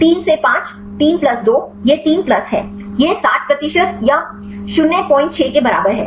3 से 5 3 प्लस 2 यह 3 प्लस है यह 60 प्रतिशत या 06 के बराबर है